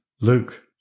Luke